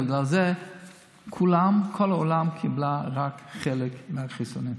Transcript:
ובגלל זה כל העולם קיבל רק חלק מהחיסונים.